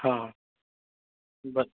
ହଁ